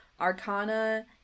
Arcana